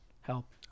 help